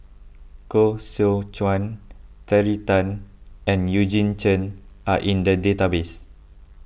Koh Seow Chuan Terry Tan and Eugene Chen are in the database